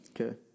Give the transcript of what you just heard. Okay